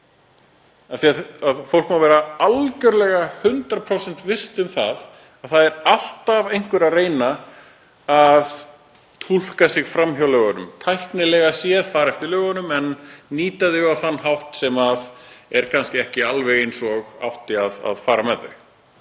því að fólk má vera algjörlega 100% viss um það að það er alltaf einhver að reyna að túlka sig fram hjá lögunum, fara tæknilega séð eftir lögunum en nýta þau á þann hátt sem er kannski ekki alveg eins og átti að fara með þau,